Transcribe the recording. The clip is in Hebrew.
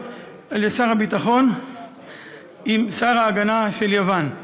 על ידי שר הביטחון עם שר ההגנה של יוון.